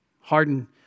Hardened